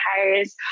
hires